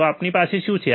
તો આપણી પાસે શું છે